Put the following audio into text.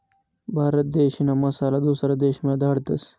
भारत देशना मसाला दुसरा देशमा धाडतस